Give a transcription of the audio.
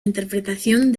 interpretación